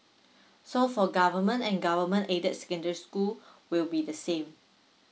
so for government and government aided secondary school will be the same